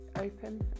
open